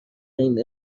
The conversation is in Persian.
این